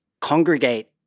congregate